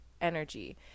energy